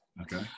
okay